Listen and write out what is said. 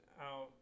out